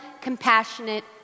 compassionate